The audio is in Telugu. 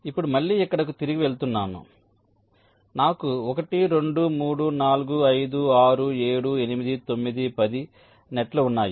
ఇప్పుడు మళ్ళీ ఇక్కడకు తిరిగి వెళుతున్నాను కాబట్టి నాకు 1 2 3 4 5 6 7 8 9 10 నెట్ లు ఉన్నాయి